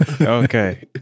Okay